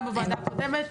גם בוועדה הקודמת,